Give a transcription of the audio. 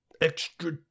extra